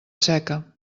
seca